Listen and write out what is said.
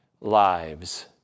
lives